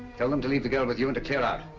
tell them to leave the girl with you and to clear out.